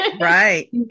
right